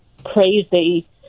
Crazy